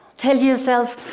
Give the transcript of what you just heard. tell yourself,